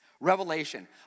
Revelation